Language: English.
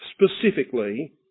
specifically